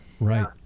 Right